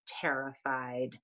terrified